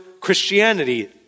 Christianity